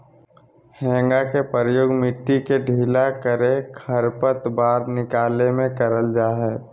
हेंगा के प्रयोग मिट्टी के ढीला करे, खरपतवार निकाले में करल जा हइ